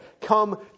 come